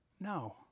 no